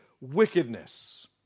wickedness